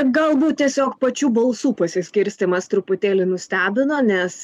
galbūt tiesiog pačių balsų pasiskirstymas truputėlį nustebino nes